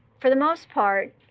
for the most part